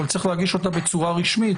אבל צריך להגיש אותה בצורה רשמית,